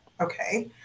okay